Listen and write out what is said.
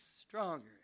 stronger